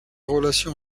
relations